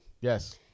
Yes